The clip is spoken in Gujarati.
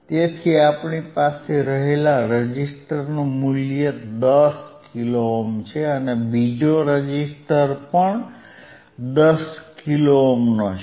તેથી તમારી પાસે રહેલા રેઝિસ્ટરનું મૂલ્ય 10k છે અને બીજો રેઝિસ્ટર પણ 10k છે